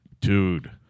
Dude